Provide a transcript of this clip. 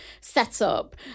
setup